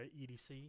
EDC